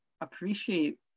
appreciate